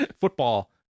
football